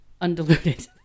undiluted